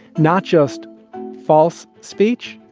not just false speech,